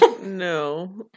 no